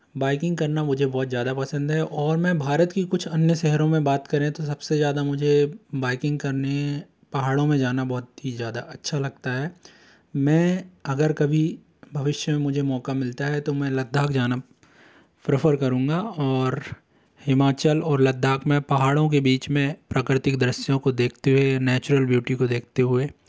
biking करना मुझे बहुत ज़्यादा पसंद है और मैं भारत की कुछ अन्य शहरों में बात करें तो सब से ज़्यादा मुझे बाइकिंग करने पहाड़ो में जाना बहुत ही ज़्यादा अच्छा लगता है मैं अगर कभी भविष्य में मुझे मौक़ा मिलता है तो मैं लद्दाख जाना फ़्रफ़र करूँगा और हिमाचल और लद्दाख में पहाड़ों के बीच में प्राकृतिक दृश्यों को देखते हुए नैचुरल ब्यूटी को देखते हुए